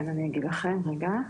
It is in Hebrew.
אז אני אגיד לכם, רגע.